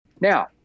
Now